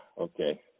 okay